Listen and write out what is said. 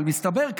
אבל מסתבר,